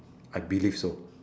I believe so